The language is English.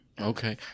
Okay